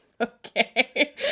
Okay